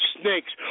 snakes